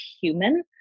human